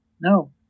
No